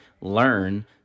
learn